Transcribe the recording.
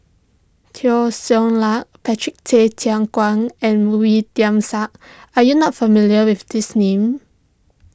Teo Ser Luck Patrick Tay Teck Guan and Wee Tian Siak are you not familiar with these names